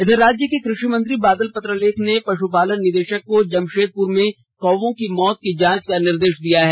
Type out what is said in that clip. इधर राज्य के कृषि मंत्री बादल पत्रलेख ने पश्पालन निदेशक को जमशेदपुर में कौओं की मौत की जांच का निर्देश दिया है